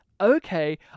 okay